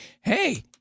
hey